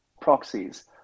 proxies